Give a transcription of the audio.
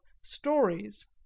stories